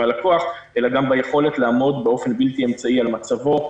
הלקוח אלא גם ביכולת לעמוד באופן בלתי אמצעי על מצבו,